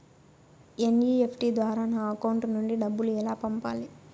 NEFT ద్వారా నా account నుండి డబ్బులు ఎలా పంపాలి